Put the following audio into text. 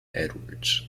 edwards